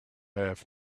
have